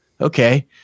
okay